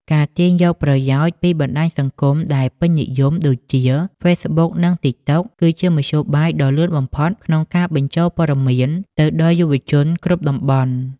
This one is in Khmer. ការទាញយកប្រយោជន៍ពីបណ្ដាញសង្គមដែលពេញនិយមដូចជា ហ្វេសប៊ុក និងតីកតុក គឺជាមធ្យោបាយដ៏លឿនបំផុតក្នុងការបញ្ជូនព័ត៌មានទៅដល់យុវជនគ្រប់តំបន់។